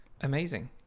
Amazing